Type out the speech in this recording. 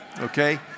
Okay